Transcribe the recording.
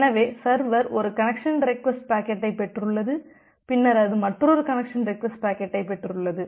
எனவே சர்வர் ஒரு connection request பாக்கெட்டைப் பெற்றுள்ளது பின்னர் அது மற்றொரு கனெக்சன் ரெக்வஸ்ட் பாக்கெட்டைப் பெற்றுள்ளது